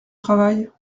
travail